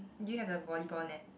do you have the volleyball net